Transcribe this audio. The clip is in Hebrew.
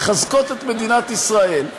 מחזקות את מדינת ישראל.